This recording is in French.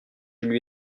lui